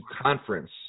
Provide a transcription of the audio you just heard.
conference